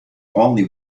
only